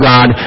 God